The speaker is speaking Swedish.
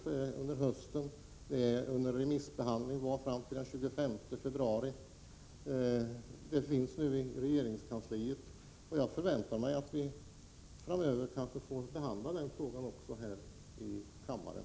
Förslaget var ute på remiss fram till den 25 februari. Det finns nu i regeringskansliet. Jag förväntar mig att vi framöver också får behandla denna fråga här i kammaren.